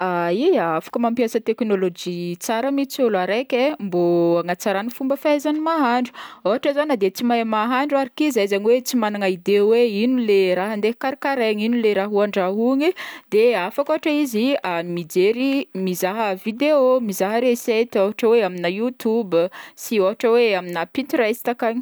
Ya afaka mampiasa teknolojia mihintsy ôlo araiky e mbô hanatsarany fomba fahaizany mahandro, ôhatra zao na de tsy mahandro arak izy zegny hoe tsy magnana idée hoe ignony le raha nde hokarakaregny ino le raha ho andrahoigny de afaka ôhatra izy mijery- mizaha video mizaha resety ôhatra hoe amina youtube sy- ôhatra hoe amina pinterest ankagny.